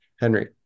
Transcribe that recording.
Henry